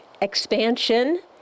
expansion